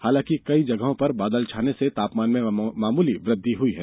हालांकि कई जगहों पर बादल छाने से तापमान में मामूली वृद्धि हुई है